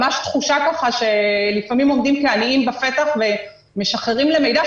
ממש תחושה שלפעמים עומדים כעניים בפתח ומשחרים למידע,